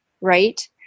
right